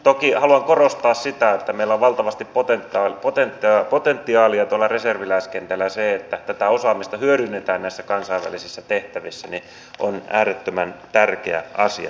toki haluan korostaa sitä että meillä on valtavasti potentiaalia tuolla reserviläiskentällä ja se että tätä osaamista hyödynnetään näissä kansainvälisissä tehtävissä on äärettömän tärkeä asia